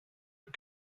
but